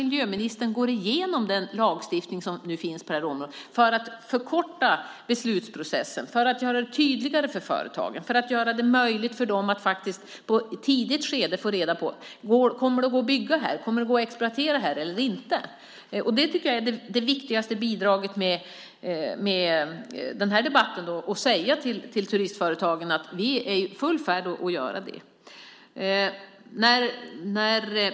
Miljöministern går igenom den lagstiftning som finns på området för att förkorta beslutsprocessen, göra det tydligare för företagen och göra det möjligt för dem att i ett tidigt skede få reda på om det kommer att gå att bygga och exploatera eller inte. Det viktigaste med den här debatten är att vi säger till turistföretagen att vi är i full färd med att göra detta.